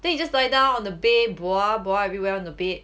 then he just lie down on the bed bua bua everywhere on the bed